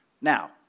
Now